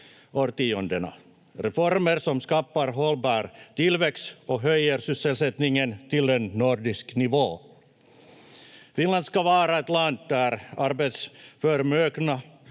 reformer som skapar hållbar tillväxt och höjer sysselsättningen till en nordisk nivå. Finland ska vara ett land där arbetsförmögna